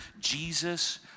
Jesus